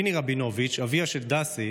פיני רבינוביץ', אביה של דסי,